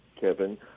Kevin